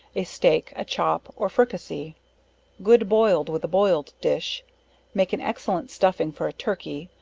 a steake, a chop, or fricassee good boiled with a boiled dish make an excellent stuffing for a turkey,